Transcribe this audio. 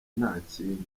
ntakindi